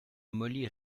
molly